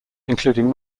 including